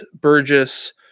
burgess